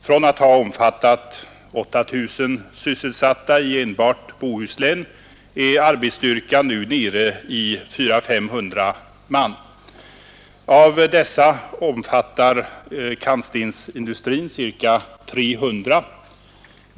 Från att ha omfattat 8 000 sysselsatta i enbart Bohuslän är arbetsstyrkan nu nere i 400 å 500 man. Av dessa sysselsätter kantstensindustrin ca 300 man.